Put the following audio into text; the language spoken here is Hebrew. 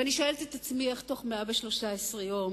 ואני שואלת את עצמי איך בתוך 113 יום